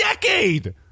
decade